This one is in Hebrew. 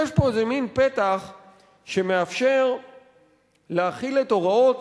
יש פה איזה מין פתח שמאפשר להחיל את הוראות